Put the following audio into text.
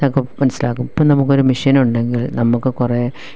ഇതൊക്കെ മനസ്സിലാകും ഇപ്പം നമുക്കൊരു മെഷീൻ ഉണ്ടെങ്കിൽ നമുക്ക് കുറെ